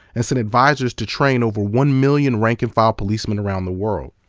and sent advisors to train over one million rank and file policemen around the world.